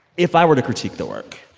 if i were to critique the work,